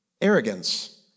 Arrogance